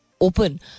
open